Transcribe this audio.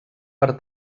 per